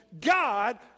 God